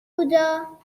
بودا